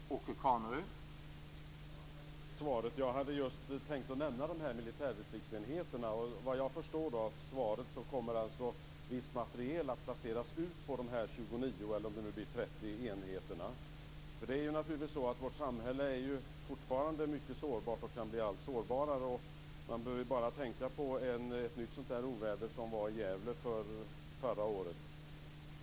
Herr talman! Tack för det svaret. Jag hade just tänkt att nämna de här militärdistriktsenheterna. Av svaret förstår jag att visst materiel kommer att placeras ut på dessa 29 eller 30 enheter. Vårt samhälle är ju fortfarande mycket sårbart och kan bli allt sårbarare. Man behöver bara tänka på ett nytt sådant oväder som var i Gävle förra året.